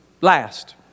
Last